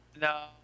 No